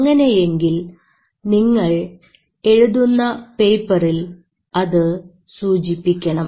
അങ്ങനെയെങ്കിൽ നിങ്ങൾ എഴുതുന്ന പേപ്പറിൽ അത് സൂചിപ്പിക്കണം